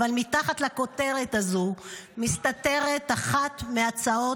אבל מתחת לכותרת הזו מסתתרת אחת מההצעות